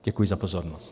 Děkuji za pozornost.